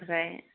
ओमफ्राय